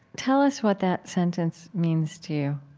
tell us what that sentence means to you